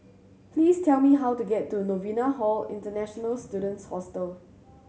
please tell me how to get to Novena Hall International Students Hostel